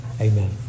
Amen